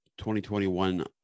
2021